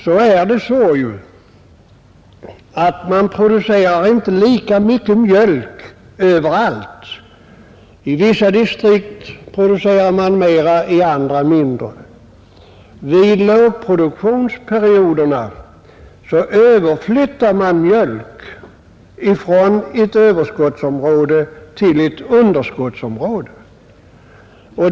På det kan jag svara att det inte produceras lika mycket mjölk överallt — i vissa distrikt produceras det mera och i andra mindre. Vid lågproduktionsperioderna överflyttar man mjölk från ett överskottsområde till ett underskottsområde.